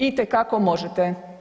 Itekako možete.